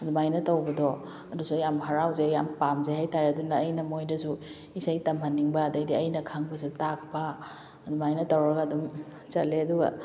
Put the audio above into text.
ꯑꯗꯨꯃꯥꯏꯅ ꯇꯧꯕꯗꯣ ꯑꯗꯨꯁꯨ ꯑꯩ ꯌꯥꯝ ꯍꯔꯥꯎꯖꯩ ꯌꯥꯝ ꯄꯥꯝꯖꯩ ꯍꯥꯏꯇꯥꯔꯦ ꯑꯗꯨꯅ ꯑꯩꯅ ꯃꯣꯏꯗꯁꯨ ꯏꯁꯩ ꯇꯝꯍꯟꯅꯤꯡꯕ ꯑꯗꯩꯗꯤ ꯑꯩꯅ ꯈꯪꯕꯁꯨ ꯇꯥꯛꯄ ꯑꯗꯨꯃꯥꯏꯅ ꯇꯧꯔꯒ ꯑꯗꯨꯝ ꯆꯠꯂꯦ ꯑꯗꯨꯒ